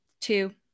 two